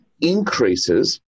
increases